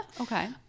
Okay